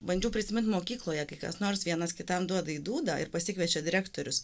bandžiau prisimint mokykloje kai kas nors vienas kitam duoda į dūdą ir pasikviečia direktorius